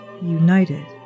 united